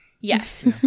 yes